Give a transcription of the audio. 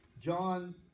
John